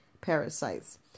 parasites